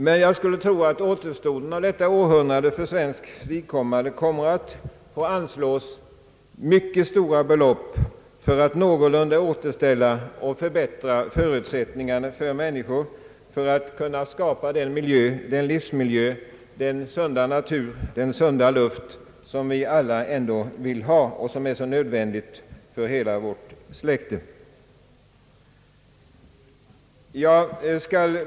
Men jag skulle tro att vi under återstoden av detta århundrade kommer att få anslå mycket stora belopp för att förbättra förutsättningarna för människorna i vårt land, för att kunna skapa och bevara den livsmiljö, den sunda natur, den sunda luft som vi ändå alla vill ha och som är så nödvändig för hela vårt släkte.